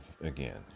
again